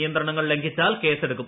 നിയന്ത്രണങ്ങൾ ലംഘിച്ചാൽ കേസ് എടുക്കും